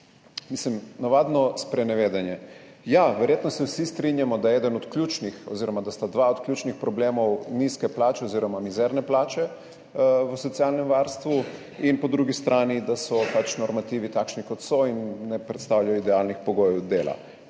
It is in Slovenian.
Navadno sprenevedanje. Ja, verjetno se vsi strinjamo, da sta dva od ključnih problemov nizke plače oziroma mizerne plače v socialnem varstvu in po drugi strani so pač normativi takšni, kot so, in ne predstavljajo idealnih pogojev dela,